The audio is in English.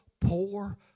poor